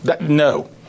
No